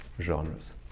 genres